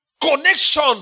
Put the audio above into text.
Connection